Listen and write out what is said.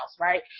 Right